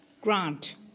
Grant